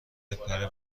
بپره